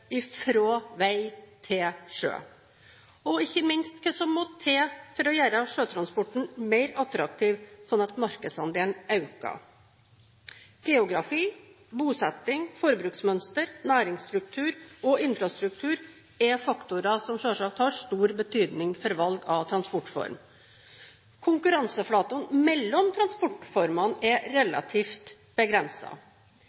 vei til sjø, og ikke minst hva som må til for å gjøre sjøtransporten mer attraktiv, slik at markedsandelen øker. Geografi, bosetting, forbruksmønster, næringsstruktur og infrastruktur er faktorer som selvsagt har stor betydning for valg av transportform. Konkurranseflatene mellom transportformene er